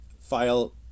file